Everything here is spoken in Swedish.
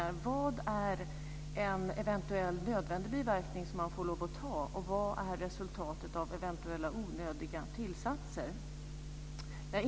Vi hörde i dag att detta är viktigt, bl.a. för att kunna åstadkomma en bra folkhälsorapport.